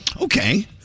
Okay